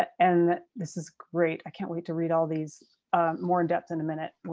and this is great. i can't wait to read all these more in depth in a minute.